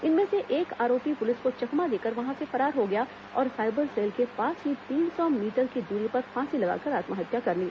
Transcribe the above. इनमें से एक आरोपी पुलिस को चकमा देकर वहां से फरार हो गया और साइबर सेल के पास ही तीन सौ मीटर की दूरी पर फांसी लगाकर आत्महत्या कर ली